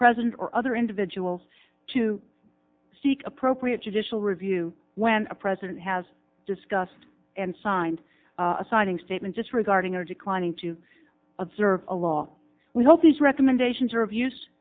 president or other individuals to seek appropriate judicial review when a president has discussed and signed a signing statement disregarding or declining to observe a law we hope these recommendations are